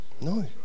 No